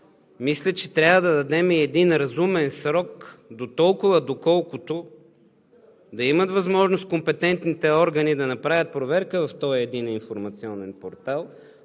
мисля, че трябва да дадем и един разумен срок дотолкова, доколкото да имат възможност компетентните органи да направят проверка в този Единен информационен портал.